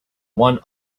one